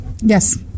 Yes